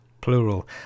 plural